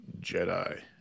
Jedi